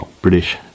British